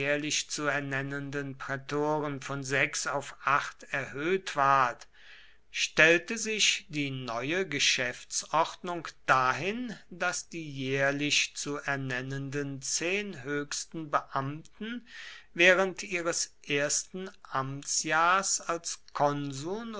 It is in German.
zu ernennenden prätoren von sechs auf acht erhöht ward stellte sich die neue geschäftsordnung dahin daß die jährlich zu ernennenden zehn höchsten beamten während ihres ersten amtsjahrs als konsuln